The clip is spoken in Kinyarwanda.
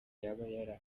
yaba